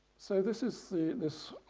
so this is this